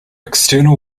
external